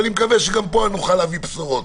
ואני מקווה שגם פה נוכל להביא בשורות,